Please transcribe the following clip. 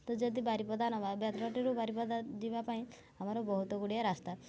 ତ ଯଦି ବାରିପଦା ନେବା ବେତନଟୀରୁ ବାରିପଦା ଯିବା ପାଇଁ ଆମର ବହୁତଗୁଡ଼ିଏ ରାସ୍ତା